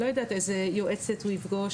לא יודעת איזה יועצת הוא יפגוש.